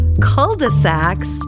cul-de-sacs